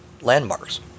landmarks